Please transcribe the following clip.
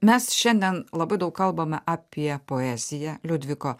mes šiandien labai daug kalbame apie poeziją liudviko